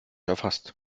erfasst